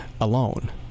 alone